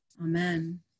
Amen